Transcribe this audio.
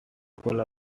cola